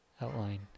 outline